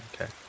Okay